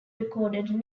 recorded